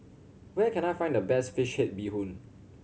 where can I find the best fish bee hoon